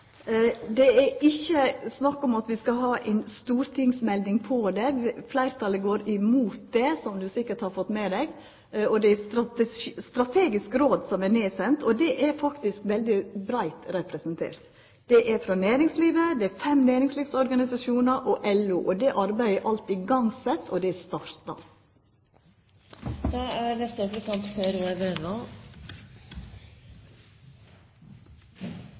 Det er ikkje snakk om at vi skal ha ei stortingsmelding om det. Fleirtalet går imot det, som representanten sikkert har fått med seg. Det er eit strategisk råd som er sett ned, og det er faktisk veldig breitt representert. Det er folk frå næringslivet, det er fem næringslivsorganisasjonar og LO. Det arbeidet er alt sett i gang, det er starta. For mange bedrifter, både store og